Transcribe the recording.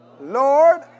Lord